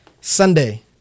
Sunday